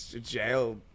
jail